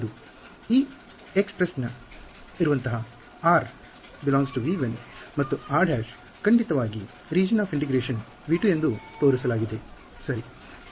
ಹೌದು ಈ expression ನಲ್ಲಿರುವಂತಹ r ∈ V1 ಮತ್ತು r′ ಖಂಡಿತವಾಗಿ ಏಕೀಕರಣದ ಪ್ರದೇಶವನ್ನು V2 ಎಂದು ತೋರಿಸಲಾಗಿದೆಸರಿ